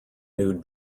nude